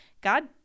God